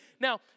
Now